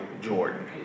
Jordan